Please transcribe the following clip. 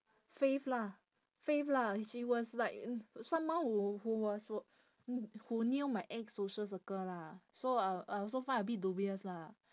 faith lah faith lah she was like someone who who was wo~ wh~ who knew my ex-social circle lah so uh I also find a bit dubious lah